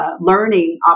learning